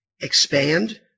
expand